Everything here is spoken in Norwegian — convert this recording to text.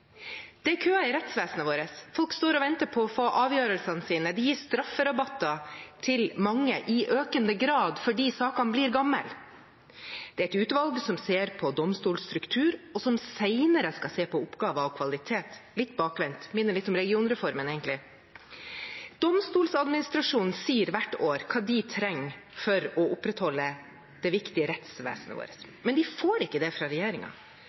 Det er køer i rettsvesenet vårt. Folk står og venter på å få avgjørelsene sine. Det gis strafferabatter til mange, i økende grad fordi sakene blir gamle. Det er et utvalg som ser på domstolstruktur, og som senere skal se på oppgaver og kvalitet – litt bakvendt, det minner egentlig litt om regionreformen. Domstoladministrasjonen sier hvert år hva de trenger for å opprettholde det viktige rettsvesenet vårt, men de får ikke det fra